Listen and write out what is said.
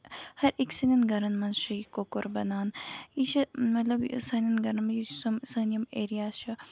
ہَر أکۍ سٔندین گرَن منٛز چھُ یہِ کۄکُر بَنان یہِ چھُ مطلب سانین گرَن منٛز یُس سٲنۍ یِم ایریاز چھِ